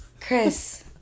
Chris